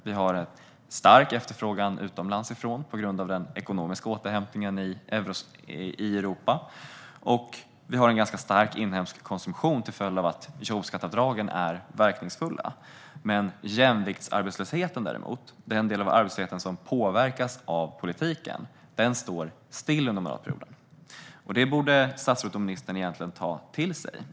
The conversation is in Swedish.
Vi har en stark efterfrågan från utlandet på grund av den ekonomiska återhämtningen i Europa, och vi har en ganska stark inhemsk konsumtion till följd av att jobbskatteavdragen är verkningsfulla. Jämviktsarbetslösheten - den del av arbetslösheten som påverkas av politiken - står däremot stilla under mandatperioden. Detta borde statsrådet och ministern ta till sig.